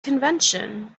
convention